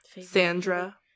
Sandra